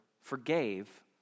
forgave